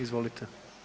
Izvolite.